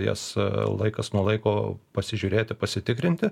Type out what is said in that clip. jas laikas nuo laiko pasižiūrėti pasitikrinti